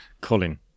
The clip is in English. Colin